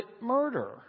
murder